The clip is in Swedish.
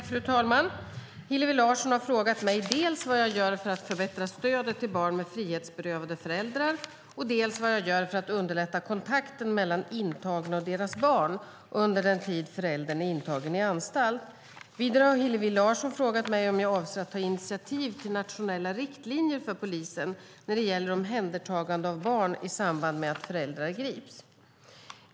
Fru talman! Hillevi Larsson har frågat mig dels vad jag gör för att förbättra stödet till barn med frihetsberövade föräldrar, dels vad jag gör för att underlätta kontakten mellan intagna och deras barn under den tid föräldern är intagen i anstalt. Vidare har Hillevi Larsson frågat mig om jag avser att ta initiativ till nationella riktlinjer för polisen när det gäller omhändertagande av barn i samband med att föräldrar grips.